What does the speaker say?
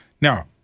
Now